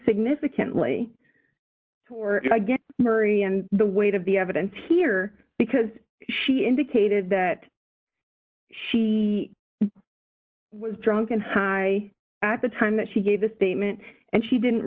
significantly for murray and the weight of the evidence here because she indicated that she was drunk and high at the time that she gave the statement and she didn't